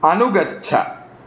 अनुगच्छ